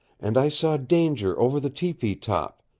and i saw danger over the tepee top,